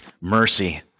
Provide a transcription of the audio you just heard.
Mercy